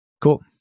Cool